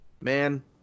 man